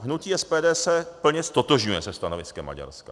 Hnutí SPD se plně ztotožňuje se stanoviskem Maďarska.